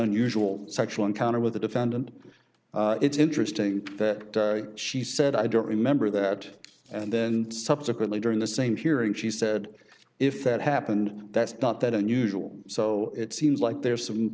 unusual sexual encounter with the defendant it's interesting that she said i don't remember that and then subsequently during the same hearing she said if that happened that's not that unusual so it seems like there's some